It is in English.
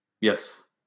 Yes